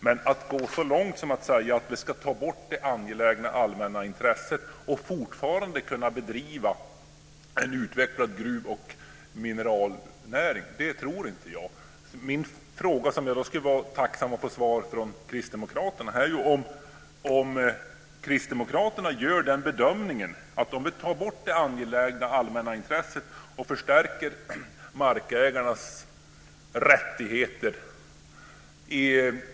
Men att gå så långt som att säga att vi ska ta bort det angelägna allmänna intresset och fortfarande bedriva en utvecklad gruv och mineralnäring tror jag inte på. Min fråga, som jag skulle vara tacksam om jag kunde få svar på från Kristdemokraterna, gäller vilken bedömning Kristdemokraterna gör om vi tar bort det angelägna allmänna intresset och förstärker markägarnas rättigheter.